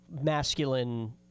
masculine